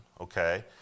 okay